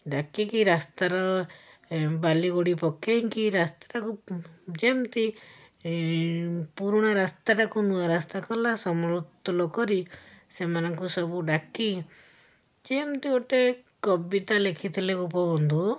ଡାକିକି ରାସ୍ତାର ବାଲିଗୋଡ଼ି ସବୁ ପକେଇକି ରାସ୍ତାଟାକୁ ଯେମିତି ପୁରୁଣା ରାସ୍ତାଟାକୁ ନୂଆ ରାସ୍ତା କଲା ସମତୁଲ କରି ସେମାନଙ୍କୁ ସବୁ ଡାକି ଯେମିତି ଗୋଟେ କବିତା ଲେଖିଥିଲେ ଗୋପବନ୍ଧୁ